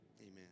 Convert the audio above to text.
Amen